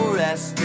rest